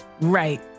Right